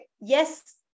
yes